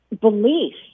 belief